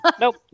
Nope